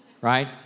right